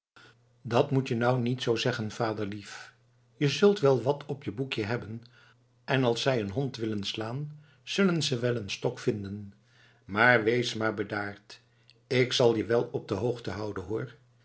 dat moet je nou niet zoo zeggen vaderlief je zult wel wat op je boekje hebben en als zij een hond willen slaan kunnen ze wel een stok vinden maar wees maar bedaard ik zal je wel op de hoogte houden hoor